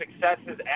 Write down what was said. successes